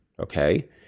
okay